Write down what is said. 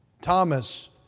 Thomas